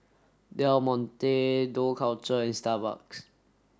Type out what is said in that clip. Del Monte Dough Culture and Starbucks